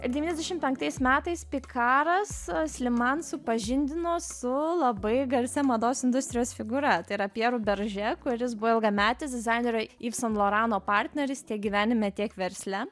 ir devyniasdešim penktais metais pikaras sliman supažindino su labai garsia mados industrijos figūra tai yra pjeru beržė kuris buvo ilgametis dizainerio iv san lorano partneris tiek gyvenime tiek versle